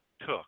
took